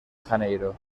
janeiro